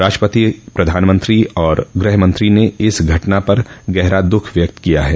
राष्ट्रपति प्रधानमंत्री और गृहमंत्री ने इस घटना पर गहरा दुख व्यक्त किया है